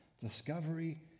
discovery